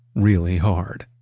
really hard